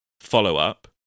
follow-up